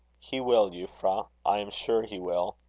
he will, euphra. i am sure he will.